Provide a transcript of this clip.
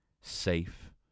safe